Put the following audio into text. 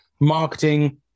marketing